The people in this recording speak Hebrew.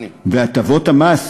והטבות המס